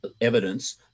evidence